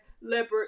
leopard